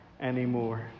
anymore